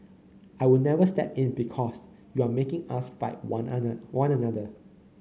I will never step in because you are making us fight one other one another